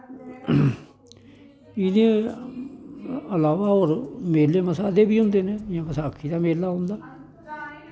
एह्दे इलावा होर मेले मसाद्दे बी होंदे न जि'यां बसाखी दा मेला औंदा